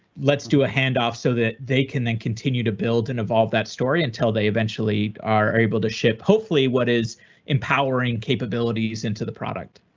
let's do a handoff so that they can continue to build and evolve that story until they eventually are able to ship. hopefully what is empowering capabilities into the product.